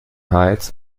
hals